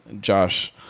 josh